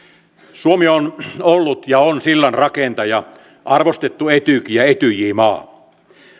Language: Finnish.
suomi on ollut ja on sillanrakentaja arvostettu etyk ja etyj maa